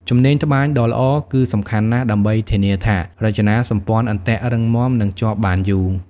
ជំនាញត្បាញដ៏ល្អគឺសំខាន់ណាស់ដើម្បីធានាថា រចនាសម្ព័ន្ធអន្ទាក់រឹងមាំ និងជាប់បានយូរ។